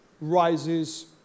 rises